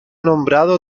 nombrado